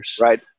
right